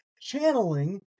channeling